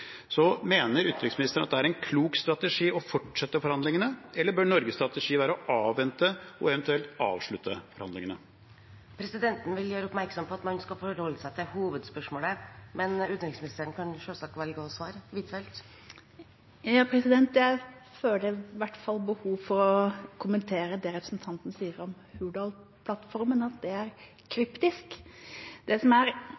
fortsette forhandlingene, eller bør Norges strategi være å avvente og eventuelt avslutte forhandlingene? Presidenten vil gjøre oppmerksom på at man skal forholde seg til hovedspørsmålet, men utenriksministeren kan selvsagt velge å svare. Jeg føler i hvert fall behov for å kommentere det representanten sier om Hurdalsplattformen, og at det er kryptisk. Det som er